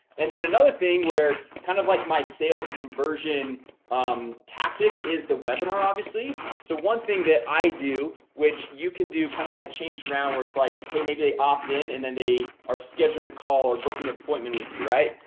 and then another thing we're kind of like my sales conversion um tactic is the webinar, obviously. so one thing that i do which you can do kind of like change around where it's like hey, maybe they opt in and then they are scheduling a call or booking appointment with you. right?